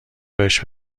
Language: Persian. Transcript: بهش